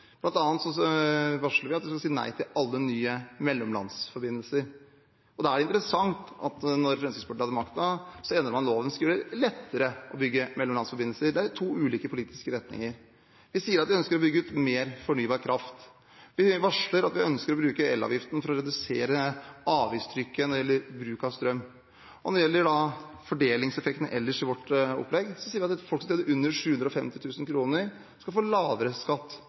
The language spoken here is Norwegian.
skal si nei til alle nye mellomlandsforbindelser. Det er interessant at da Fremskrittspartiet hadde makten, endret man loven så det skulle bli lettere å bygge mellomlandsforbindelser. Det er to ulike politiske retninger. Vi sier at vi ønsker å bygge ut mer fornybar kraft. Vi varsler at vi ønsker å bruke elavgiften for å redusere avgiftstrykket når det gjelder bruk av strøm. Og når det gjelder fordelingseffekten ellers i vårt opplegg, sier vi at folk som tjener under 750 000 kr, skal få lavere skatt,